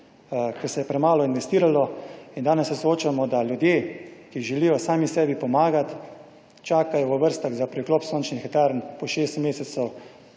ker se je premalo investiralo. In danes se soočamo, da ljudje, ki želijo sami sebi pomagati, čakajo v vrstah za priklop sončnih elektrarn po šest mesecev,